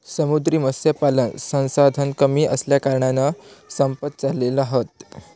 समुद्री मत्स्यपालन संसाधन कमी असल्याकारणान संपत चालले हत